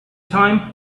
time